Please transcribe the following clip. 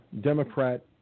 Democrat